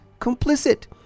complicit